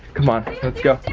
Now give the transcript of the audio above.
come on, let's go.